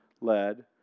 led